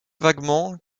vaguement